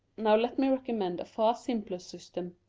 now let me recommend a far simpler system,